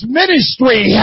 ministry